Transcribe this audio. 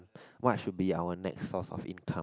what should be our next source of income